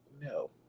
no